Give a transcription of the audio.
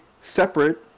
separate